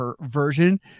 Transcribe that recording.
version